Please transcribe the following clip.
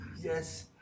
Yes